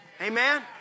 Amen